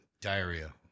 Diarrhea